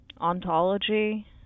ontology